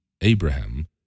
Abraham